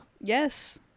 Yes